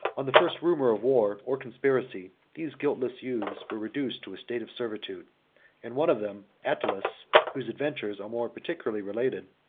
on the first rumor of war, or conspiracy, these guiltless youths were reduced to a state of servitude and one of them, attalus, whose adventures are more particularly related,